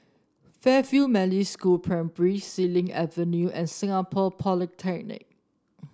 Fairfield Methodist School Primary Xilin Avenue and Singapore Polytechnic